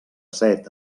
set